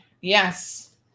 Yes